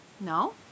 No